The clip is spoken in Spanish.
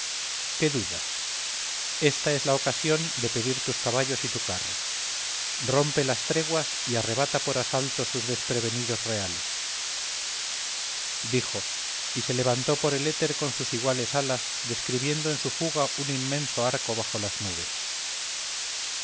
qué dudas esta es la ocasión de pedir tus caballos y tu carro rompe las treguas y arrebata por asalto sus desprevenidos reales dijo y se levantó por el éter con sus iguales alas describiendo en su fuga un inmenso arco bajo las nubes